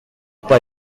pas